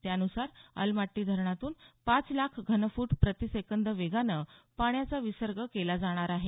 त्यानुसार अलमाट्टी धरणातून पाच लाख घनफूट प्रतिसेकंद वेगानं पाण्याचा विसर्ग केला जाणार आहे